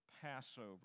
Passover